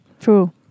True